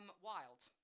Wild